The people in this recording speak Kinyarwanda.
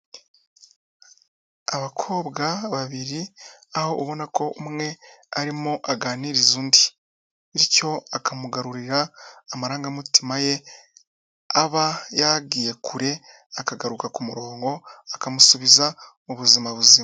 Abakobwa babiri aho ubona ko umwe arimo aganiriza undi, bityo akamugarurira amarangamutima ye aba yagiye kure akagaruka ku murongo, akamusubiza mu buzima buzima.